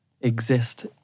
exist